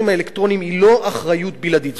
האלקטרוניים היא לא אחריות בלעדית,